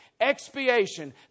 expiation